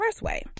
Expressway